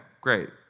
great